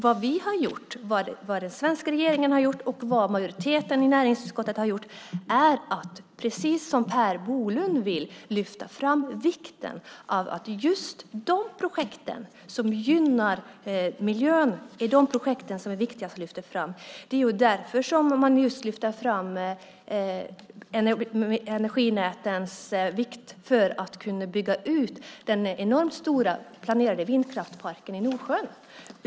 Vad den svenska regeringen har gjort och vad majoriteten i näringsutskottet har gjort är att, precis som Per Bolund vill, vi har lyft fram just de projekt som gynnar miljön som de viktigaste. Därför lyfter vi fram energinätens vikt för att kunna bygga ut den enormt stora planerade vindkraftparken i Nordsjön.